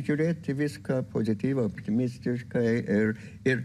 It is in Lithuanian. žiūrėti į viską pozityviai optimistiškai ir ir